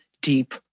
deep